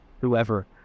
whoever